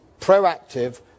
proactive